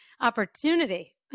opportunity